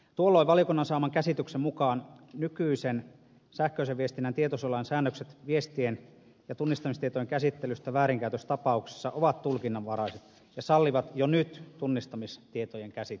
tuolloin valiokunnan saaman käsityksen mukaan nykyisen sähköisen viestinnän tietosuojalain säännökset viestien ja tunnistamistietojen käsittelystä väärinkäytöstapauksissa ovat tulkinnanvaraiset ja sallivat jo nyt tunnistamistietojen käsit telyn